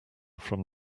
from